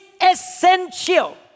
essential